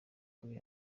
kuri